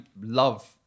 love